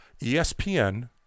ESPN